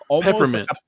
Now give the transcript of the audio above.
peppermint